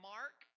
Mark